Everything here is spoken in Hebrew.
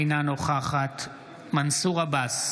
אינה נוכחת מנסור עבאס,